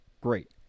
great